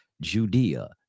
Judea